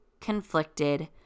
conflicted